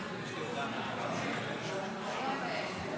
שיפוי המדינה על נזקי טרור),